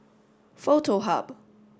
Foto Hub